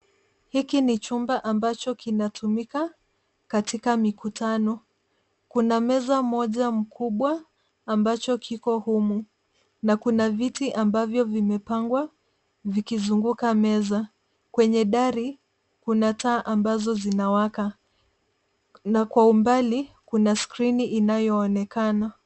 Hiki ni chumba ambacho kinatumika kwa mikutano. Kuna meza moja kubwa ambayo iko humu, na kuna viti ambavyo vimepangwa vikizunguka meza hiyo. Kwenye dari, kuna taa ambazo zinawaka. Na kwa umbali, kuna skrini inayoonekana.